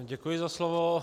Děkuji za slovo.